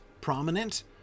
prominent